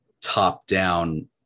top-down